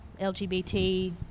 LGBT